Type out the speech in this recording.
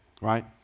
Right